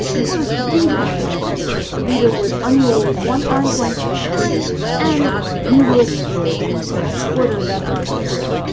in order to read these the reader would unroll one arms-length at a time and re-roll the scroll in the correct order than they were through.